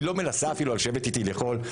והיא לא מנסה אפילו לשבת איתי לאכול.